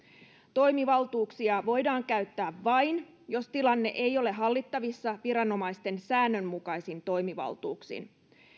toimivaltuuksia voidaan käyttää vain jos tilanne ei ole hallittavissa viranomaisten säännönmukaisin toimivaltuuksin